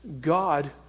God